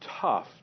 tough